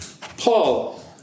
Paul